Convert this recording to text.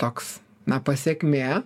toks na pasekmė